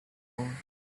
gone